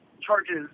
charges